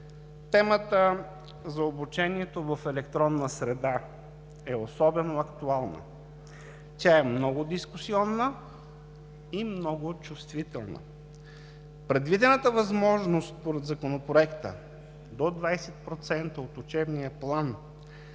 Темата за обучението в електронна среда е особено актуална. Тя е много дискусионна и много чувствителна. Предвидената възможност според Законопроекта до 20% от учебния план